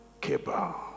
Keba